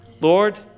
Lord